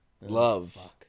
love